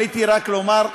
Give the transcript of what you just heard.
עליתי רק לומר,